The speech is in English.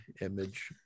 image